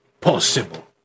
possible